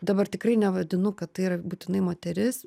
dabar tikrai nevadinu kad tai yra būtinai moteris